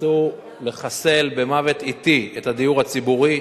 ניסו לחסל במוות אטי את הדיור הציבורי,